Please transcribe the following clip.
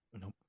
nope